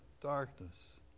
darkness